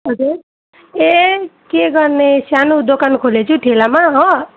हजुर ए के गर्ने सानो दोकान खोलेको छु ठेलामा हो